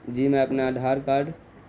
جی میں اپنا آدھار کارڈ